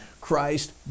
Christ